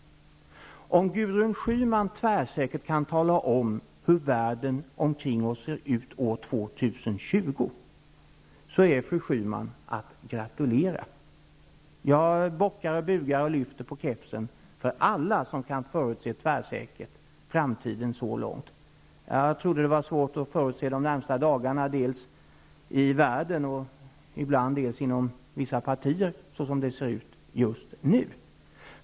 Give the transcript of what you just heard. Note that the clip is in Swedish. Fru Schyman är att gratulera om hon tvärsäkert kan tala om hur världen kommer att se ut omkring år 2020. Jag bockar, bugar och lyfter på kepsen för alla som tvärsäkert kan förutse vad som skall hända så långt in i framtiden. Jag tycker att det är svårt att kunna förutse de närmaste dagarna dels i världen, dels i vissa partier -- såsom det ser ut just nu.